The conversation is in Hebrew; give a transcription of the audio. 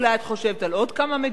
אולי את חושבת על עוד כמה מדינות.